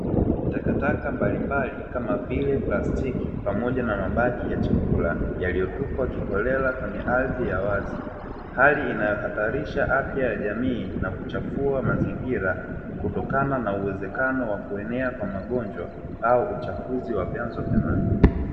Takataka mbalimbali kama vile plastiki pamoja na mabaki ya chakula yaliyotupwa kiholela kwenye ardhi ya wazi. Hali inayohatarisha afya ya jamii na kuchafua mazingira, kutokana na uwezekano wa kuenea kwa magonjwa au uchafuzi wa vyanzo vya maji.